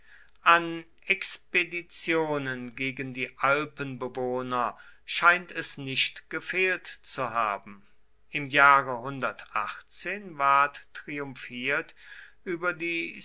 an expeditionen gegen die alpenbewohner scheint es nicht gefehlt zu haben im jahre ward triumphiert über die